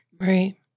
Right